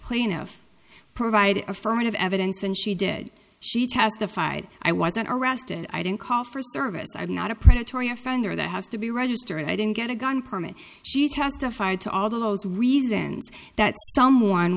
plaintiff provide affirmative evidence and she did she testified i wasn't arrested i didn't call for service i'm not a predatory offender that has to be registered i didn't get a gun permit she testified to all those reasons that someone